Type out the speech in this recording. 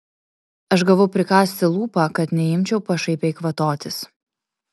aš gavau prikąsti lūpą kad neimčiau pašaipiai kvatotis